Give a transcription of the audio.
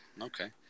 Okay